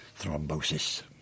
thrombosis